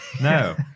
No